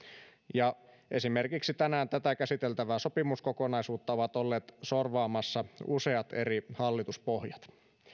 ja esimerkiksi tänään tätä käsiteltävää sopimuskokonaisuutta ovat olleet sorvaamassa useat eri hallituspohjat